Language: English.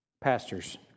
pastors